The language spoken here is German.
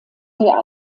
der